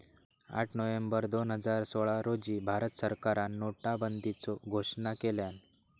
आठ नोव्हेंबर दोन हजार सोळा रोजी भारत सरकारान नोटाबंदीचो घोषणा केल्यान